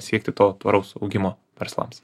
siekti to tvaraus augimo verslams